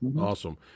Awesome